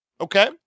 Okay